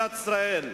ממדינת ישראל.